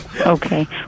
Okay